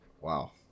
Wow